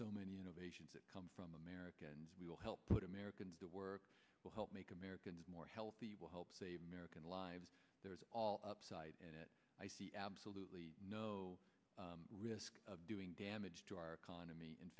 so many innovations that come from america and we will help put americans to work will help make americans more healthy will help save american lives there is all upside and i see absolutely no risk of doing damage to our economy in